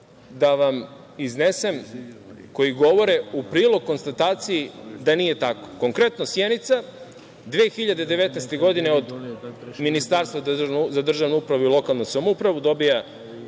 da vam iznesem koji govore u prilog konstataciji da nije tako. Konkretno, Sjenica 2019. godine od Ministarstva za državnu upravu i lokalnu samoupravu dobija